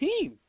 team